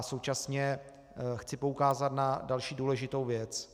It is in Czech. Současně chci poukázat na další důležitou věc.